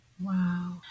Wow